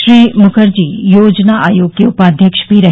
श्री मुखर्जी योजना आयोग के उपाध्यक्ष भी रहे